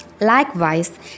Likewise